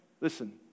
listen